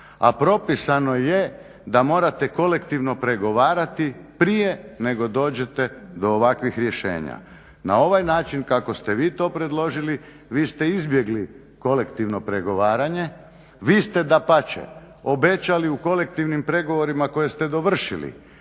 a propisano je da morate kolektivno pregovarati prije nego dođete do ovakvih rješenja. Na ovaj način kako ste vi to predložili, vi ste izbjegli kolektivno pregovaranje, vi ste dapače obećali u kolektivnim pregovorima koje ste dovršili